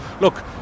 look